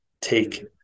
take